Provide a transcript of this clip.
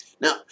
Now